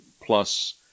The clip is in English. plus